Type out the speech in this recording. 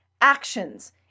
actions